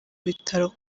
bitaro